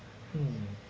mm